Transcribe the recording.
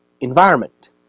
environment